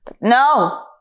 No